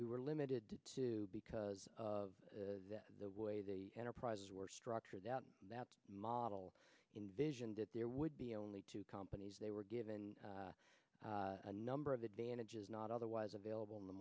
we were limited to because of the way the enterprises were structured out that model in vision that there would be only two companies they were given a number of advantages not otherwise available in the